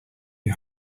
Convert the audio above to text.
you